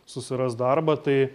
susiras darbą tai